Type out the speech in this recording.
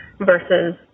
versus